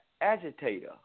agitator